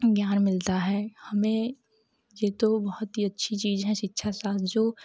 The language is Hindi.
ज्ञान मिलता है हमें यह तो बहुत ही अच्छी चीज़ है शिक्षा साथ जो